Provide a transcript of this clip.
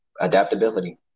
adaptability